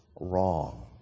wrong